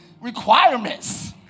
requirements